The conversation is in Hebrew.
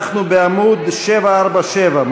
אנחנו בעמוד 747,